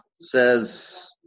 says